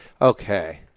Okay